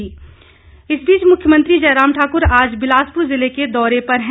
कार्यक्रम इस बीच मुख्यमंत्री जयराम ठाक्र आज बिलासप्र जिले के दौरे पर हैं